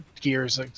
Gears